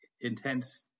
intense